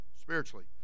spiritually